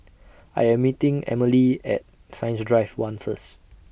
I Am meeting Emmalee At Science Drive one First